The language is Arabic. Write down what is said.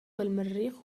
المريخ